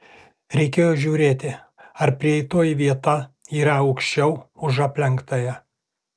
reikėjo žiūrėti ar prieitoji vieta yra aukščiau už aplenktąją